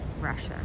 Russia